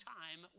time